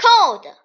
cold